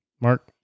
Mark